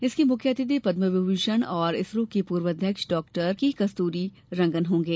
इसके मुख्य अथिति पदम् विभूषण और इसरो के पूर्व अध्यक्ष डॉ के कस्तूरी रँगन होंगे